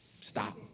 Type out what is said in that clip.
Stop